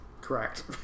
Correct